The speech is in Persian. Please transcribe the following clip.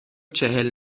چهل